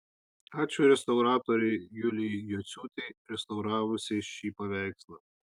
ačiū restauratorei julijai jociūtei restauravusiai šį paveikslą